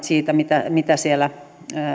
siitä mitä mitä siellä